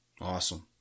Awesome